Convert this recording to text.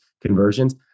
conversions